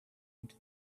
into